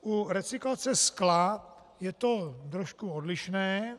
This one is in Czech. U recyklace skla je to trošku odlišné.